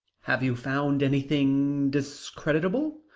have you found anything discreditable?